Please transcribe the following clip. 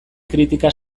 kritika